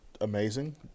amazing